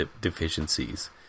deficiencies